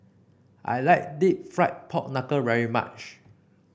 I like deep fried Pork Knuckle very much